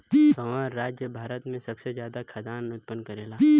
कवन राज्य भारत में सबसे ज्यादा खाद्यान उत्पन्न करेला?